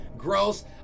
gross